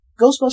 Ghostbusters